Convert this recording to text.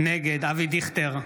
נגד אבי דיכטר,